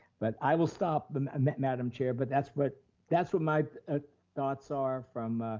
but i will stop, madam chair, but that's what that's what my thoughts are from